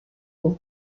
eaux